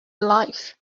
life